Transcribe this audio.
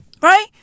Right